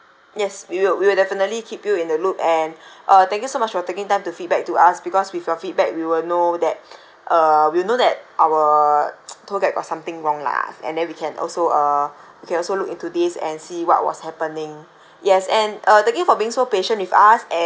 yes we will we will definitely keep you in the loop and uh thank you so much for taking time to feedback to us because with your feedback we will know that uh we know that our tour guide got something wrong lah and then we can also uh we can also look into this and see what was happening yes and uh thank you for being so patient with us and